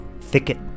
thicket